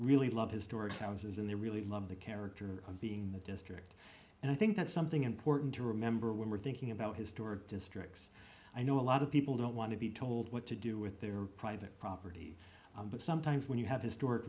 really love historic houses and they really love the character of being in the district and i think that's something important to remember when we're thinking about historic districts i know a lot of people don't want to be told what to do with their private property but sometimes when you have historic